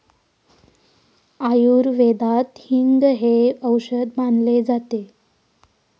आयुर्वेदात हिंग हे औषध मानले जाते